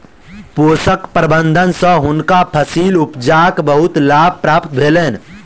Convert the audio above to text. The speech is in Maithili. पोषक प्रबंधन सँ हुनका फसील उपजाक बहुत लाभ प्राप्त भेलैन